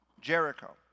Jericho